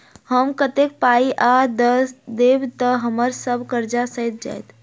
हम कतेक पाई आ दऽ देब तऽ हम्मर सब कर्जा सैध जाइत?